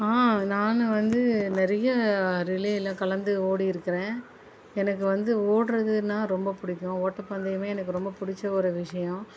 நானும் வந்து நிறைய ரிலேல கலந்து ஓடிருக்கிறேன் எனக்கு வந்து ஓடுறதுன்னா ரொம்ப பிடிக்கும் ஓட்டப்பந்தயமே எனக்கு ரொம்ப பிடிச்ச ஒரு விஷயோம்